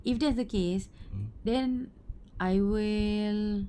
if that's the case then I will